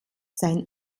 sein